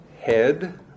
head